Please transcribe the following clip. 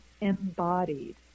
embodied